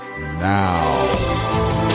now